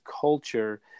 culture